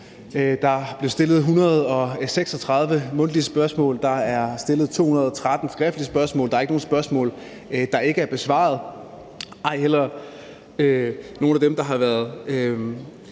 Der er blevet stillet 136 mundtlige spørgsmål. Der er stillet 213 skriftlige spørgsmål. Der er ikke nogen spørgsmål, der ikke er besvaret, ej heller nogen af dem, der har været